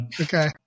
okay